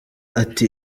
ati